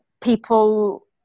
people